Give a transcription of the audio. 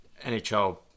NHL